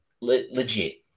legit